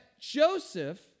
Joseph